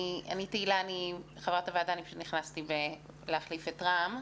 אני תהילה אני חברת הוועדה אני פשוט נכנסתי להחליף את רם.